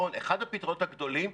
אחד הפתרונות הגדולים,